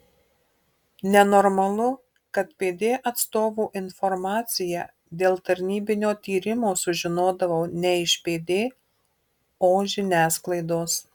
nenormalu kad pd atstovų informaciją dėl tarnybinio tyrimo sužinodavau ne iš pd o žiniasklaidos